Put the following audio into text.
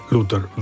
Luther